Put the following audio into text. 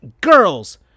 girls